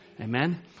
Amen